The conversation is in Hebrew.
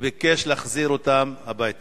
וביקש להחזיר אותם הביתה,